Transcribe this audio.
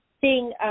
seeing